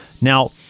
now